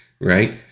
right